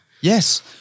Yes